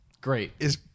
great